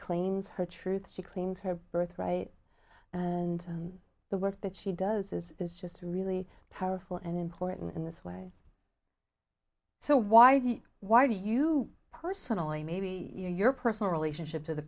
claims her truth she claims her birth right and the work that she does is is just really powerful and important in this way so why do you why do you personally maybe your personal relationship to the